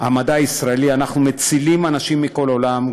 הישראלי אנחנו מצילים אנשים מכל העולם,